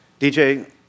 DJ